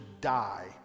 die